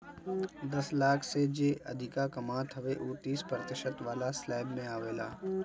दस लाख से जे अधिका कमात हवे उ तीस प्रतिशत वाला स्लेब में आवेला